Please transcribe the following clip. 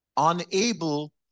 Unable